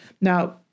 Now